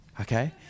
Okay